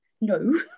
No